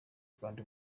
rwanda